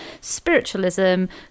spiritualism